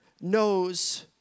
knows